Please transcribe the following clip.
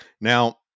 now